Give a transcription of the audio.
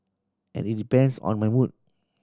and it depends on my mood